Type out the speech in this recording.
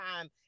time